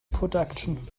production